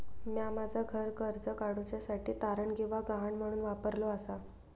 म्या माझा घर कर्ज काडुच्या साठी तारण किंवा गहाण म्हणून वापरलो आसा